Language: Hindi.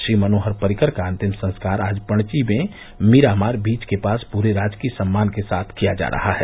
श्री मनोहर पर्रिकर का अंतिम संस्कार आज पणजी में मिरामार बीच के पास पूरे राजकीय सम्मान के साथ किया जा रहा है